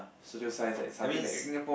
social science like something like